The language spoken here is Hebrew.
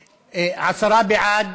הבא,